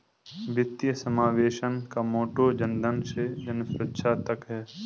वित्तीय समावेशन का मोटो जनधन से जनसुरक्षा तक है